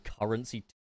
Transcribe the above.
currency